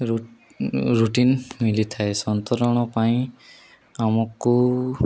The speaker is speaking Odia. ରୁଟିନ ମିଳିଥାଏ ସନ୍ତରଣ ପାଇଁ ଆମକୁ